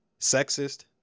sexist